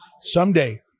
someday